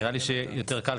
נראה לי שיותר קל,